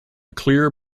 clear